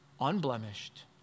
unblemished